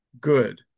good